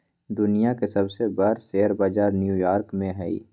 दुनिया के सबसे बर शेयर बजार न्यू यॉर्क में हई